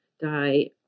die